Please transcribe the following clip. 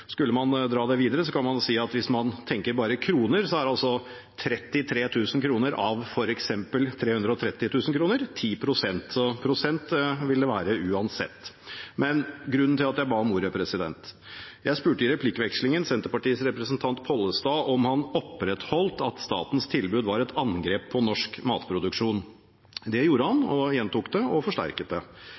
Skulle man dra det videre, kan man si at i kroner er f.eks. 33 000 kr 10 pst. av 330 000 kr. Så prosent vil det være uansett. Grunnen til at jeg ba om ordet, er at jeg i replikkvekslingen spurte Senterpartiets representant, Pollestad, om han opprettholdt at statens tilbud var et angrep på norsk matproduksjon. Det gjorde han, og han gjentok det og forsterket det.